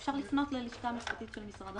אפשר לפנות ללשכה המשפטית של משרד החינוך.